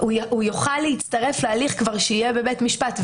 הוא יוכל להצטרף להליך שיהיה בבית משפט.